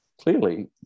clearly